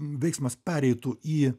veiksmas pereitų į